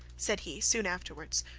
said he, soon afterwards,